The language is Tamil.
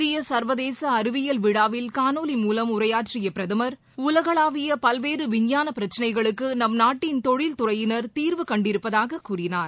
இந்திய சா்வதேச அறிவியல் விழாவில் காணொலி மூலம் உரையாற்றிய பிரதமா் உலகளாவிய பல்வேறு விஞ்ஞான பிரச்சினைகளுக்கு நம் நாட்டின் தொழில் துறையினர் தீர்வு கண்டிருப்பதாக கூறினார்